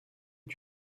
est